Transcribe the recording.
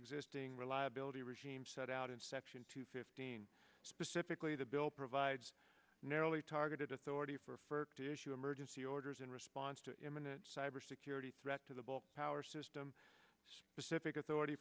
existing reliability regime set out in section two fifteen specifically the bill provides narrowly targeted authority for ferg to issue emergency orders in response to imminent cybersecurity threat to the book power system specific authority